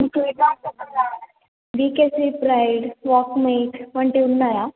మీ దగ్గర VKC Pride Walkmate వంటివి ఉన్నాయా